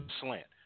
slant